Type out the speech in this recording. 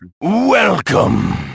Welcome